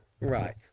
right